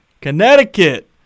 Connecticut